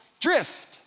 drift